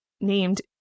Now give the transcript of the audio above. named